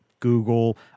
Google